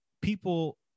people